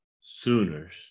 Sooners